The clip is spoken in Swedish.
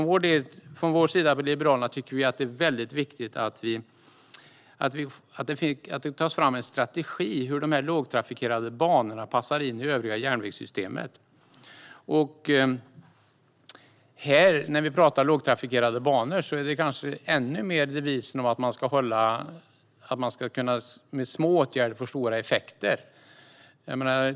Vi liberaler tycker att det är viktigt att det tas fram en strategi för att passa in de lågtrafikerade banorna i det övriga järnvägssystemet. När det gäller lågtrafikerade banor handlar det kanske ännu mer om att med små åtgärder få stora effekter.